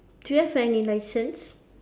do you have any licence